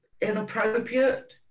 inappropriate